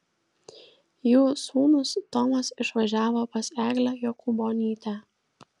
jų sūnus tomas išvažiavo pas eglę jokūbonytę